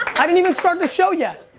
i didn't even start the show yet.